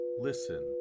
listen